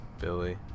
Billy